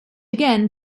again